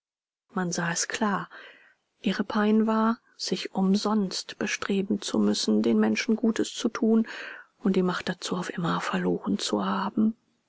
man sah es klar ihre pein war sich umsonst bestreben zu müssen den menschen gutes zu thun und die macht dazu auf immer verloren zu haben